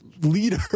Leader